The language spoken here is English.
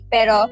Pero